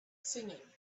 singing